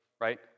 right